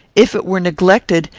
if it were neglected,